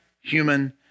human